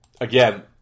Again